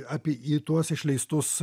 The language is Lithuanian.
apie į tuos išleistus